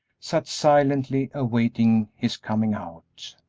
sat silently awaiting his coming out.